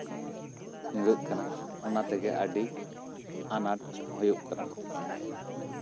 ᱧᱩᱨᱦᱟᱹᱜ ᱠᱟᱱᱟ ᱚᱱᱟ ᱛᱮᱜᱮ ᱟᱹᱰᱤ ᱟᱱᱟᱴ ᱦᱩᱭᱩᱜ ᱠᱟᱱᱟ